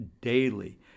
daily